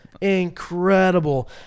Incredible